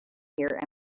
here